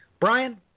Brian